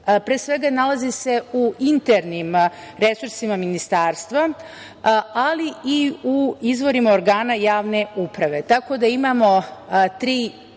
Pre svega, nalaze se u internim resursima ministarstva, ali i u izvorima organa javne uprave. Tako da, imamo tri